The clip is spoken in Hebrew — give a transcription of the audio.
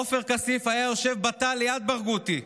עופר כסיף היה יושב בתא ליד ברגותי,